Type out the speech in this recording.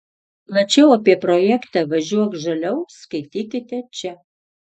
plačiau apie projektą važiuok žaliau skaitykite čia